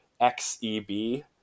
XEB